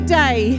day